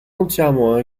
entièrement